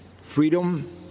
freedom